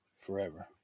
forever